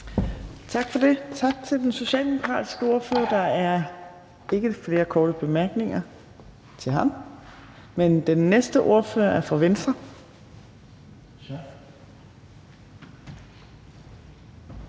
Torp): Tak til den socialdemokratiske ordfører. Der er ikke flere korte bemærkninger. Den næste ordfører er fra Venstre.